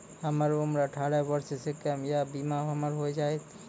हमर उम्र अठारह वर्ष से कम या बीमा हमर हो जायत?